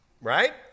right